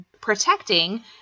protecting